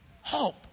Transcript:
Hope